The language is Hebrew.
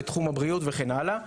לתחום הבריאות וכן הלאה,